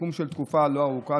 סיכום של תקופה לא ארוכה,